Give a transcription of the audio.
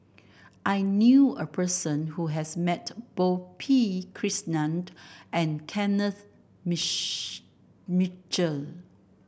I knew a person who has met both P Krishnan and Kenneth Mitchell